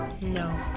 No